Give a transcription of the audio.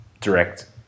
direct